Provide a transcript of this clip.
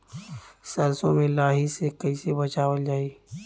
सरसो में लाही से कईसे बचावल जाई?